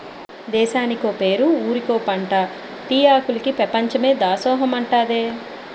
దేశానికో పేరు ఊరికో పంటా టీ ఆకులికి పెపంచమే దాసోహమంటాదే